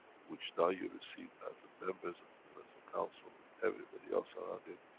which now you received as members of the universal council with everybody else around it,